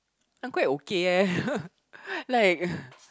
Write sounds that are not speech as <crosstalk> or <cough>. I'm quite okay eh <laughs> like <laughs>